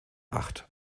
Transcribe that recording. acht